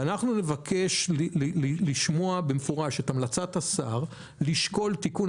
ואנחנו נבקש לשמוע במפורש את המלצת השר לשקול תיקון.